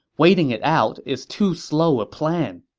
waiting it out is too slow a plan.